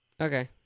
Okay